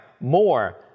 more